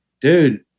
dude